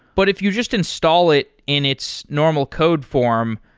but if you just install it in its normal code form,